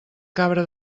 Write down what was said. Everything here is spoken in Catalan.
cabra